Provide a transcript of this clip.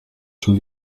schon